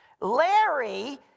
Larry